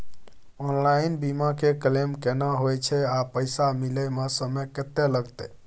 Online बीमा के claim केना होय छै आ पैसा मिले म समय केत्ते लगतै?